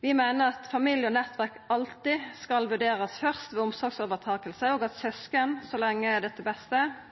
Vi meiner at familie og nettverk alltid skal vurderast først ved omsorgsovertaking, og at søsken, så lenge det er til det beste,